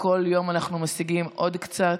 וכל יום אנחנו משיגים עוד קצת.